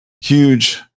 huge